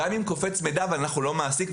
גם אם קופץ מידע ואנחנו לא מעסיק,